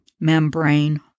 membrane